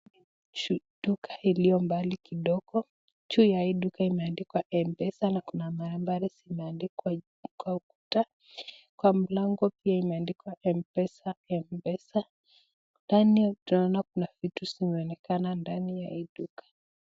Duka iliyo mbali kidogo, juu ya hii duka imeandikwa mpesa na kuna nambari zimeandikwa juu kwa ukuta, kwa mlango pia imeandikwa mpesa mpesa, ndani tunaona kuna vitu zimeonekana ndani ya hii duka.